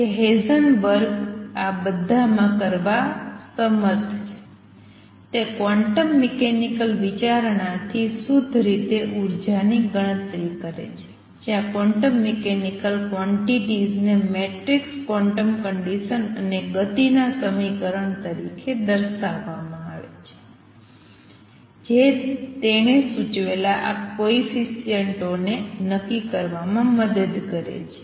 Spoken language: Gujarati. જે હેઇસેનબર્ગ આ બધામાં કરવા માટે સમર્થ છે તે ક્વોન્ટમ મિકેનિકલ વિચારણાથી શુદ્ધ રીતે ઉર્જાની ગણતરી કરે છે જ્યાં ક્વોન્ટમ મિકેનિકલ ક્વોંટીટીઝ ને મેટ્રિકસ ક્વોન્ટમ કંડિસન્સ અને ગતિ ના સમીકરણ તરીકે દર્શાવવામાં આવે છે જે તેણે સૂચવેલા આ કોએફિસિએંટોને નક્કી કરવામાં મદદ કરે છે